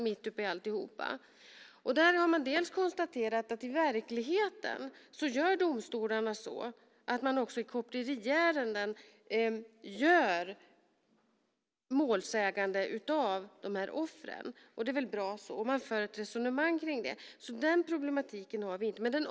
Man har konstaterat att domstolarna i verkligheten också i koppleriärenden gör offren till målsägande. Det är väl bra så. Man för ett resonemang kring det.